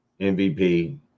MVP